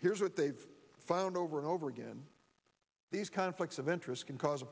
here's what they've found over and over again these conflicts of interest can cause a